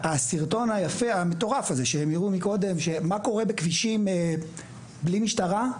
הסרטון היפה המטורף הזה שהם הראו מקודם מה קורה בכבישים בלי משטרה,